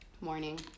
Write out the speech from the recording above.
Morning